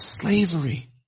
slavery